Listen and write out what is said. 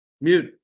Mute